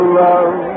love